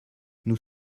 nous